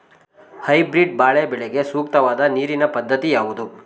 Hybrid ಬಾಳೆ ಬೆಳೆಗೆ ಸೂಕ್ತವಾದ ನೀರಿನ ಪದ್ಧತಿ ಯಾವುದು?